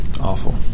Awful